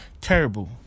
terrible